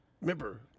Remember